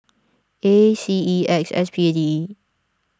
A C E X S P A D E